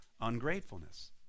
ungratefulness